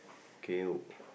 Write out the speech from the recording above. okay o~